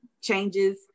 changes